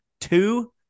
two